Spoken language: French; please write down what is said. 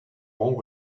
ronds